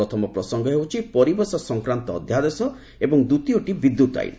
ପ୍ରଥମ ପ୍ରସଙ୍ଗ ହେଉଛି ପରିବେଶ ସଂକ୍ୱାନ୍ତ ଅଧ୍ୟାଦେଶ ଏବଂ ଦ୍ୱିତୀୟଟି ବିଦ୍ୟୁତ୍ ଆଇନ୍